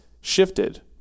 shifted